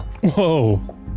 Whoa